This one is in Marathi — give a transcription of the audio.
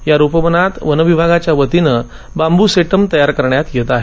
या रोपवनात वनविभागाच्या वतीनं बांबू सेटम तयार करण्यात येत आहे